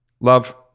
Love